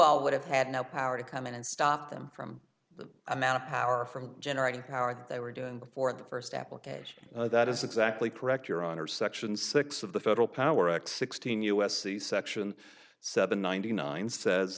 all would have had no power to come in and stop them from the amount of power from generating power that they were doing before the first application that is exactly correct your honor section six of the federal power act sixteen u s c section seven ninety nine says